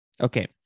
Okay